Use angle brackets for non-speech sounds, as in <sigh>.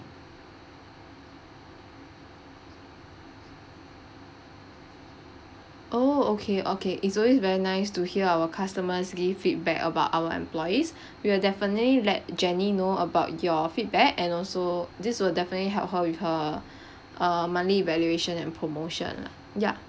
oh okay okay it's always very nice to hear our customers give feedback about our employees <breath> we will definitely let jenny know about your feedback and also this will definitely help her with her <breath> err monthly evaluation and promotion lah ya